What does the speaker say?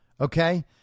okay